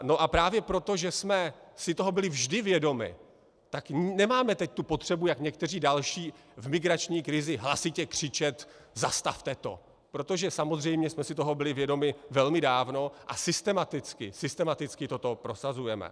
No a právě proto, že jsme si toho byli vždy vědomi, tak nemáme teď tu potřebu jako někteří další v migrační krizi hlasitě křičet zastavte to!, protože samozřejmě jsme si toho byli vědomi velmi dávno a systematicky, systematicky toto prosazujeme.